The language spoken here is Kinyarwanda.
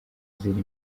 ziri